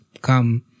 come